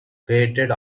created